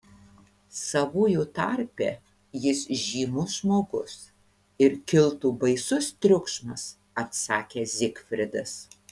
savųjų tarpe jis žymus žmogus ir kiltų baisus triukšmas atsakė zigfridas